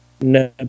No